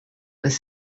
was